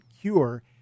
cure